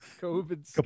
COVID